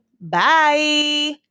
Bye